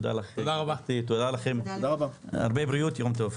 תודה לכם, הרבה בריאות יום טוב.